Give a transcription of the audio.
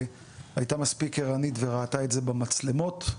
שהייתה מספיק ערנית וראתה את זה במצלמות.